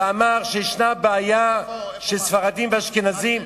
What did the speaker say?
ואמר שישנה בעיה של ספרדים ואשכנזים,